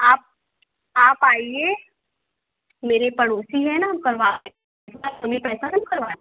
आप आप आइए मेरे पड़ोसी है ना हम करवा देंगे अपने पैसो से हम करवा देंगे